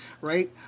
right